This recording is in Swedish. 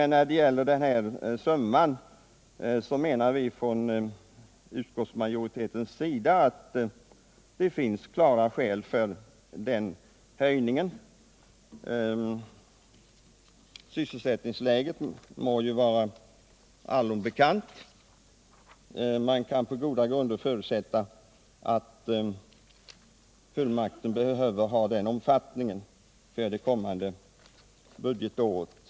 När det gäller summan menar utskottsmajoriteten emellertid att det finns klara skäl för det begärda beloppet. Sysselsättningsläget torde vara allom bekant. Man kan på goda grunder förutsätta att fullmakten behöver ha den begärda omfattningen för det kommande budgetåret.